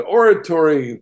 oratory